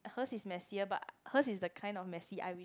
hers is messier but hers is the kind of messy I wish I